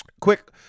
quick